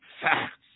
facts